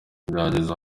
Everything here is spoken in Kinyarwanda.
byageze